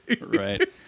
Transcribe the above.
Right